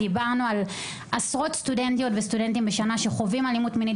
דיברנו על עשרות סטודנטיות וסטודנטים בשנה שחווים אלימות מינית